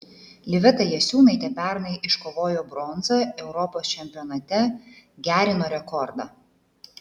liveta jasiūnaitė pernai iškovojo bronzą europos čempionate gerino rekordą